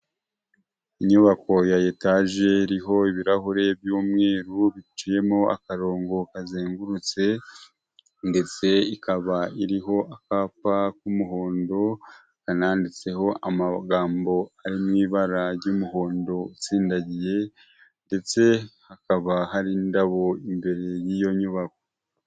Inyubako ya etage iriho ibirahure by'umweru biciyemo akarongo kazengurutse ndetse ikaba iriho akapa k'umuhondo kananditseho amagambo ari mu bara ry'umuhondo utsindagiye ndetse hakaba hari indabo imbere y'iyo nyubako.